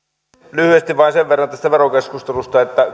lyhyesti vain sen verran tästä verokeskustelusta että